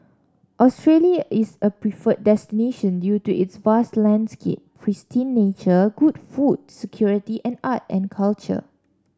Australia is a preferred destination due to its vast landscape pristine nature good food security and art and culture